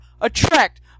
Attract